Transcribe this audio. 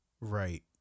Right